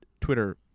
Twitter